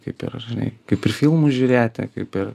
kaip ir žinai kaip ir filmus žiūrėti kaip ir